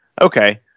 okay